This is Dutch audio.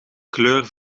kleur